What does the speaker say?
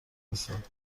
رسید